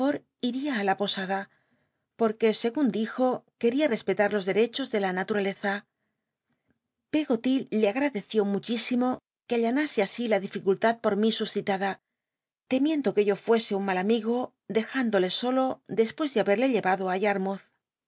itia á la posada porque segun dijo queia rcspctm los de ccbos de la natmaleza peggoly le agmdcció muchísimo que allanase así la dificultad pot mi suscitada temiendo que yo fuese un mal amigo dcj indolc solo despucs de haberle llcmdo